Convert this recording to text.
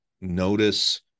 notice